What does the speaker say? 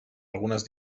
algunes